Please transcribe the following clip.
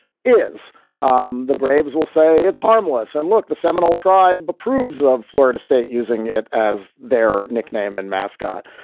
is um the braves will say it's harmless. and look, the seminole tribe approves of florida state using it as their nickname and mascot.